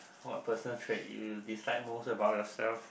what personal trait do you dislike most about yourself